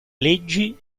leggi